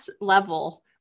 level